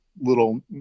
little